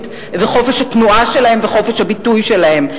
וחופש התנועה שלהם וחופש הביטוי שלהם,